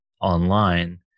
online